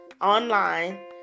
online